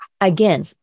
Again